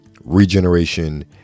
regeneration